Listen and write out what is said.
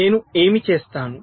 నేను ఏమి చేస్తాను